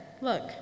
look